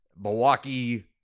Milwaukee